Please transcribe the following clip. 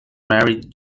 married